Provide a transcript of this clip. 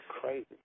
crazy